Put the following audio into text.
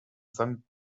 san